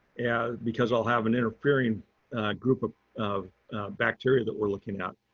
and because i'll have an interfering group of of bacteria that we're looking at.